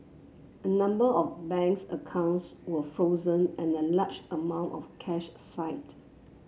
a number of banks accounts were frozen and a large amount of cash side